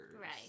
Right